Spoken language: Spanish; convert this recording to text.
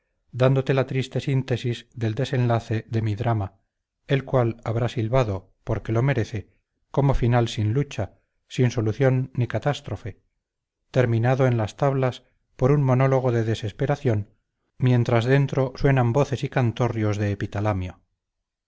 dándote la triste síntesis del desenlace de mi drama el cual habrá silbado porque lo merece como final sin lucha sin solución ni catástrofe terminado en las tablas por un monólogo de desesperación mientras dentro suenan voces y cantorrios de